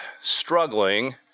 struggling